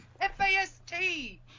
F-A-S-T